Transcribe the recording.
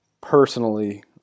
Personally